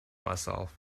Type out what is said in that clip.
myself